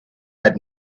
had